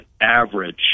average